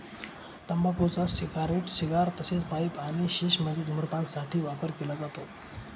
तंबाखूचा cigarette, cigar तसेच pipe आणि शिश मध्ये धूम्रपान साठी वापर केला जातो